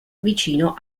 vicino